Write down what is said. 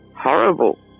horrible